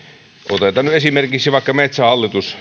otetaan nyt esimerkiksi vaikka metsähallitus